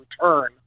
return